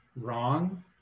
wrong